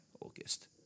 August